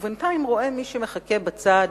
ובינתיים רואה מי שמחכה בצד